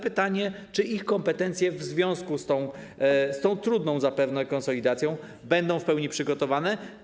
Pytanie, czy ich kompetencje w związku z tą trudną zapewne konsolidacją będą w pełni przygotowane.